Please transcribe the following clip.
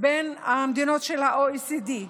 בין המדינות של ה-OECD.